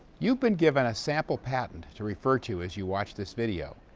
you've been given a sample patent to refer to as you watch this video,